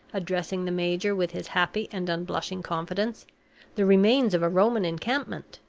addressing the major, with his happy and unblushing confidence the remains of a roman encampment.